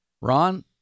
Ron